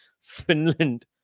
Finland